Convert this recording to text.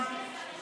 כולם הגיעו?